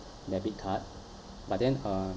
debit card but then uh